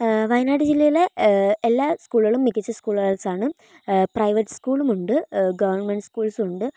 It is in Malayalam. വയനാട് ജില്ലയിലെ എല്ലാ സ്കൂളുകളും മികച്ച സ്കൂളുകൾസാണ് പ്രൈവറ്റ് സ്കൂളും ഉണ്ട് ഗവൺമെന്റ് സ്കൂൾസുണ്ട്